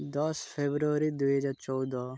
ଦଶ ଫେବୃଆରୀ ଦୁଇହଜାର ଚଉଦ